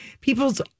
people's